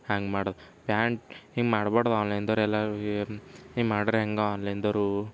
ಹ್ಯಾಂಗೆ ಮಾಡೋದು ಪ್ಯಾಂಟ್ ಹಿಂಗೆ ಮಾಡ್ಬಾರ್ದು ಆನ್ಲೈನ್ದವ್ರು ಎಲ್ಲ ಹಿಂಗೆ ಮಾಡ್ರೆ ಹೆಂಗೆ ಆನ್ಲೈನ್ದವ್ರು